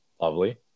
lovely